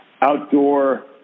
outdoor